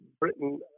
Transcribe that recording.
Britain